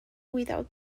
without